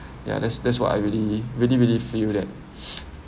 yeah that's that's what I really really really feel that